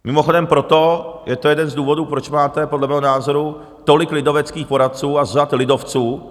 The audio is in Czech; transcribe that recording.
Mimochodem, proto je to jeden z důvodů, proč máte podle mého názoru tolik lidoveckých poradců a z řad lidovců.